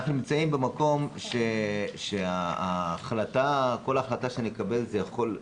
אנחנו נמצאים במקום שכל החלטה שנקבל יכולה